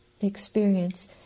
experience